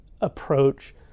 approach